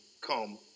come